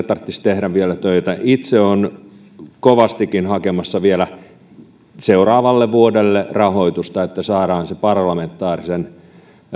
tarvitsisi tehdä vielä töitä itse olen kovastikin hakemassa vielä seuraavalle vuodelle rahoitusta että saadaan se parlamentaarisen